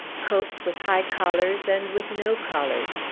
coats with high collars and with no collars,